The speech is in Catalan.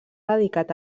dedicat